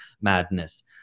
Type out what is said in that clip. madness